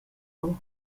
ora